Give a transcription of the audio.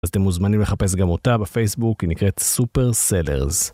אז אתם מוזמנים לחפש גם אותה בפייסבוק, היא נקראת סופר סלרס.